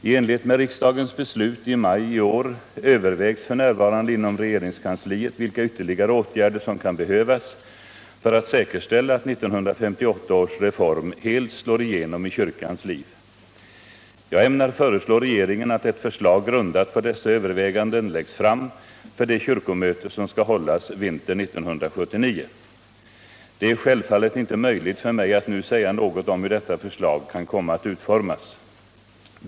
I enlighet med riksdagens beslut i maj i år övervägs f.n. inom regeringskansliet vilka ytterligare åtgärder som kan behövas för att säkerställa att 1958 års reform helt slår igenom i kyrkans liv. Jag ämnar föreslå regeringen att ett förslag grundat på dessa överväganden läggs fram för det kyrkomöte som skall hållas vintern 1979. Det är självfallet inte möjligt för mig att nu säga något om hur detta förslag kan komma att utformas.